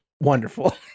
wonderful